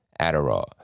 Adderall